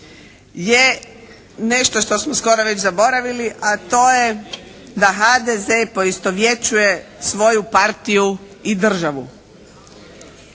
je nešto što smo skoro već zaboravili, a to je da HDZ poistovjećuje svoju partiju i državu.